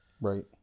right